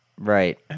Right